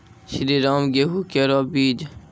श्रीराम गेहूँ केरो बीज?